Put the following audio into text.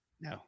no